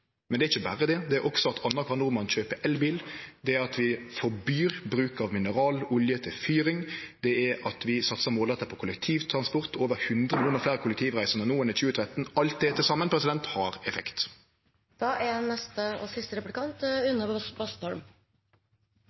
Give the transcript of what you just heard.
Men det er ikkje berre det, det er også at annankvar nordmann kjøper elbil, det er at vi forbyr bruk av mineralolje til fyring, og det er at vi satsar målretta på kollektivtransport – det er over 100 millionar fleire kollektivreisande no enn i 2013. Alt det til saman har